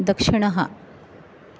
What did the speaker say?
दक्षिणः